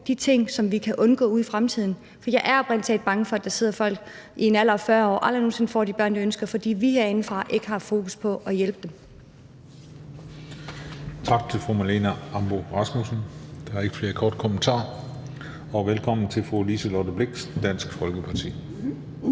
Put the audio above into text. de ting, som vi kan undgå ude i fremtiden; for jeg er oprigtig talt bange for, at der sidder folk i en alder af 40 år og aldrig nogen sinde får de børn, de ønsker sig, fordi vi herindefra ikke har fokus på at hjælpe dem.